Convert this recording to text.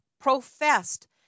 professed